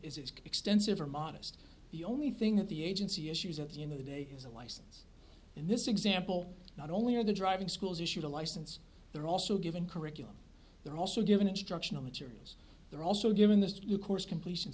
it's extensive or modest the only thing that the agency issues at the end of the day is a license in this example not only are the driving schools issued a license they're also given curriculum they're also given instructional materials they're also given this due course completion